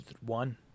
one